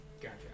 Gotcha